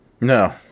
No